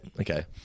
okay